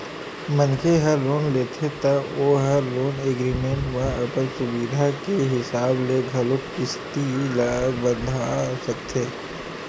मनखे ह लोन लेथे त ओ ह लोन एग्रीमेंट म अपन सुबिधा के हिसाब ले घलोक किस्ती ल बंधा सकथे